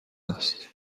است